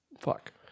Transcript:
fuck